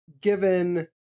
given